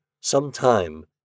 sometime